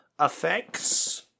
effects